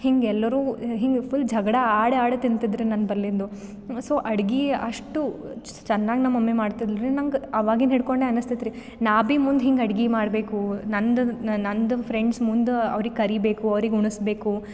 ಹಿಂಗೆ ಎಲ್ಲರೂ ಹಿಂಗೆ ಫುಲ್ ಜಗಳ ಆಡಿ ಆಡಿ ತಿಂತಿದ್ದು ರೀ ನನ್ನ ಬಲ್ಲಿಂದು ಸೊ ಅಡ್ಗೆ ಅಷ್ಟು ಚೆನ್ನಾಗಿ ನಮ್ಮ ಮಮ್ಮಿ ಮಾಡ್ತಿದ್ಳು ರೀ ನಂಗೆ ಆವಾಗಿಂದ ಹಿಡ್ಕೊಂಡೆ ಅನಿಸ್ತಿತ್ತು ರೀ ನಾ ಭೀ ಮುಂದೆ ಹಿಂಗೆ ಅಡ್ಗೆ ಮಾಡಬೇಕು ನಂದು ನಂದು ಫ್ರೆಂಡ್ಸ್ ಮುಂದೆ ಅವರಿಗೆ ಕರಿಬೇಕು ಅವ್ರಿಗೆ ಉಣಿಸ್ಬೇಕು